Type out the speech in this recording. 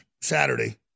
Saturday